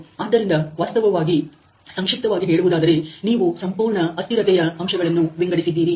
ಆದ್ದರಿಂದ ವಾಸ್ತವವಾಗಿ ಸಂಕ್ಷಿಪ್ತವಾಗಿ ಹೇಳುವುದಾದರೆ ನೀವು ಸಂಪೂರ್ಣ ಅಸ್ಥಿರತೆಯ ಅಂಶಗಳನ್ನು ವಿಂಗಡಿಸಿದ್ದೀರಿ